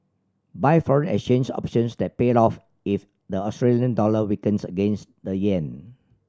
buy foreign exchange options that pay off if the Australian dollar weakens against the yen